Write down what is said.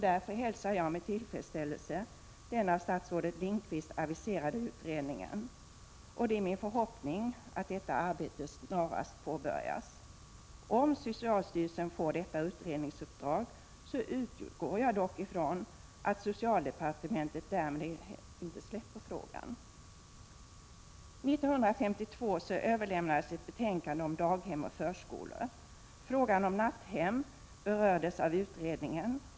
Därför hälsar jag med tillfredsställelse den av statsrådet Lindqvist aviserade utredningen, och det är min förhoppning att dennas arbete snarast skall påbörjas. Jag utgår dock ifrån att om detta utredningsprogram överlämnas till socialstyrelsen, skall socialdepartementet därmed inte släppa frågan. 1952 överlämnades ett betänkande om daghem och förskolor. Frågan om natthem berördes av utredningen.